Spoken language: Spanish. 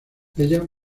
ella